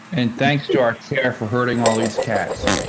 and thanks to our care for hurting all these cats.